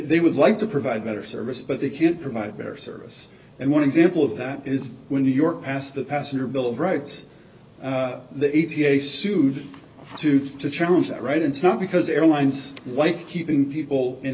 they would like to provide better service but they can't provide better service and one example of that is when new york passed the passenger bill of rights the e t a sued to to challenge that right it's not because airlines like keeping people in